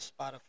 Spotify